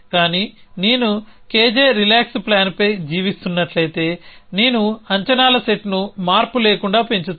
కానీ నేను KJ relax ప్లాన్పై జీవిస్తున్నట్లయితే నేను అంచనాల సెట్ను మార్పు లేకుండా పెంచుతాను